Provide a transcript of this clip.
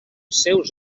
seus